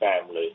family